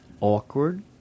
Awkward